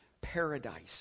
paradise